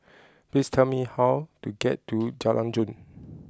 please tell me how to get to Jalan Jong